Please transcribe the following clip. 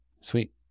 sweet